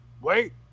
Wait